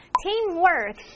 teamwork